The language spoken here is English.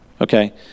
okay